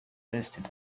listed